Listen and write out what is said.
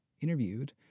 interviewed